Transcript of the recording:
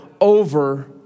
over